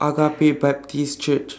Agape Baptist Church